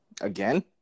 Again